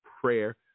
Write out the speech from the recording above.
prayer